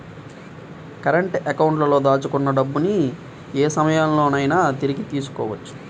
current అకౌంట్లో దాచుకున్న డబ్బుని యే సమయంలోనైనా తిరిగి తీసుకోవచ్చు